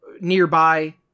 nearby